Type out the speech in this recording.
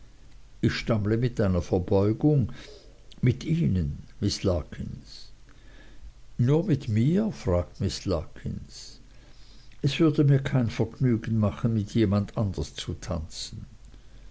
ich stammle mit einer verbeugung mit ihnen miß larkins nur mit mir fragt miß larkins es würde mir kein vergnügen machen mit jemand anders zu tanzen